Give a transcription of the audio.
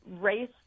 race